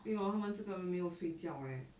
对 lor 他们这个没有睡觉 eh